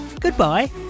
goodbye